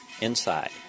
Inside